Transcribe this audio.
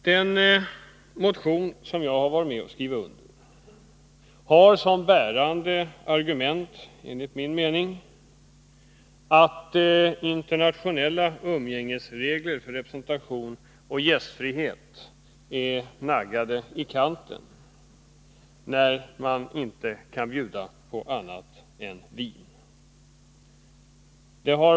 Den motion som jag har varit med om att skriva under har som bärande argument, enligt min mening, att internationella umgängesregler för representation och gästfrihet är naggade i kanten när man inte kan bjuda på annat än vin.